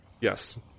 yes